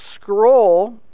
Scroll